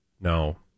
no